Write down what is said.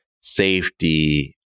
safety